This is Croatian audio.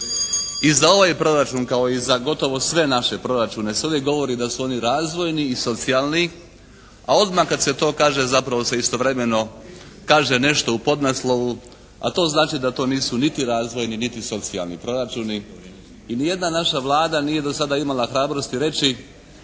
I za ovaj proračun kao i za gotovo sve naše proračune se uvijek govori da su oni razvojni i socijalni, a odmah kad se to kaže zapravo se istovremeno kaže nešto u podnaslovu, a to znači da to znači da nisu niti razvojni niti socijalni proračuni. I ni jedna naša Vlada nije do sada imala hrabrosti reći